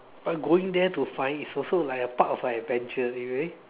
but going there to find is also like a part of like an adventure